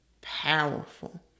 powerful